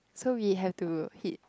so we have to hit